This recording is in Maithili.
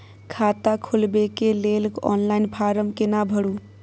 खाता खोलबेके लेल ऑनलाइन फारम केना भरु?